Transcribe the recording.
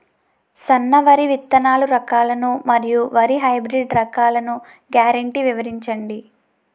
సన్న వరి విత్తనాలు రకాలను మరియు వరి హైబ్రిడ్ రకాలను గ్యారంటీ వివరించండి?